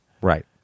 right